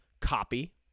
copy